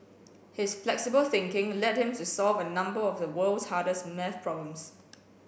his flexible thinking led him to solve a number of the world's hardest maths problems